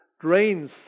drains